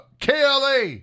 KLA